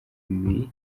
bibiri